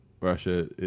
Russia